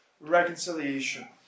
reconciliation